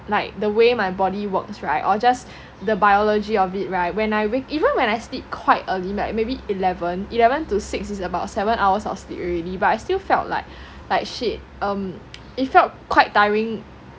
like the way my body works [right] or just the biology of it [right] when I wake even when I sleep quite early like maybe eleven eleven to six is about seven hours of sleep already but I still felt like like shit it felt quite tiring